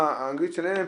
נשים, סליחה.